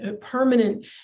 permanent